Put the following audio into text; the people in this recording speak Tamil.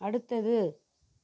அடுத்தது